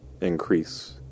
increase